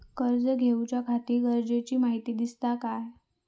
कर्ज घेऊच्याखाती गरजेची माहिती दितात काय?